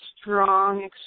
strong